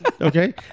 Okay